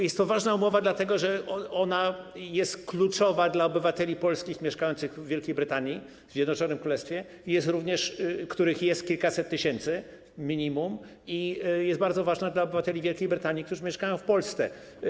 Jest to ważna umowa, dlatego że ona jest kluczowa dla obywateli polskich mieszkających w Wielkiej Brytanii, w Zjednoczonym Królestwie, których jest minimum kilkaset tysięcy, i jest bardzo ważna dla obywateli Wielkiej Brytanii, którzy mieszkają w Polsce.